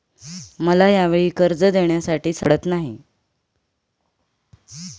मला यावेळी कर्ज देण्यासाठी सावकार सापडत नाही